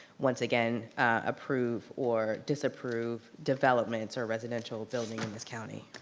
once again, approve or disapprove developments or residential building in this county.